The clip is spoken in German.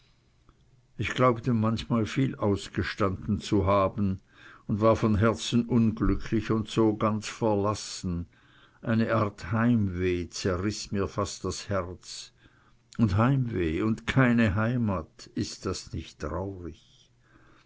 ich glaubte manchmal viel ausgestanden zu haben und war von herzen unglücklich so ganz verlassen mich fühlend eine art heimweh zerriß mir fast das herz und heimweh und keine heimat ist das nicht traurig